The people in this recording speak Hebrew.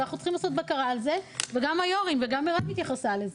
ואנחנו צריכים לעשות בקרה על זה וגם יושבי הראש התייחסו לזה.